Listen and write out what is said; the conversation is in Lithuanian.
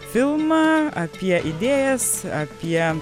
filmą apie idėjas apie